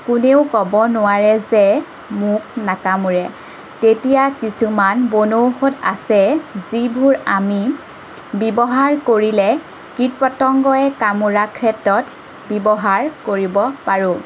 কোনেও ক'ব নোৱাৰে যে মোক নাকামোৰে তেতিয়া কিছুমান বনৌষধ আছে যে যিবোৰ আমি ব্যৱহাৰ কৰিলে কীট পতংগই কামোৰাক ক্ষেত্ৰত ব্যৱহাৰ কৰিব পাৰোঁ